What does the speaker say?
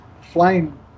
flying